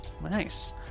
Nice